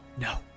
No